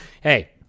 hey